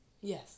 Yes